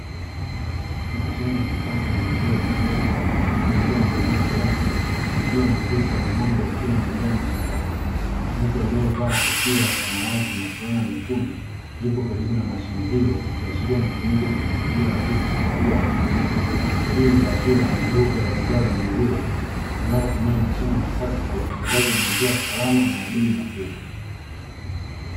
Mashine ya kisasa ya maziwa ya "ATM" inayoitoa maziwa safi ikiwa na picha ya ng'ombe wakila majani shabani. Mtu aliyevalia kofia ya samawati na fulana nyekundu yupo karibu na mashine hiyo ikionyesha matumizi ya teknolojia rahisi kwa wateja wa kawaida . Hii ni taswira ya duka la bidhaa za maziwa linalotumia mashine ya kisasa kwa usambazaji wa maziwa salama na ya bei nafuu.